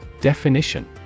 Definition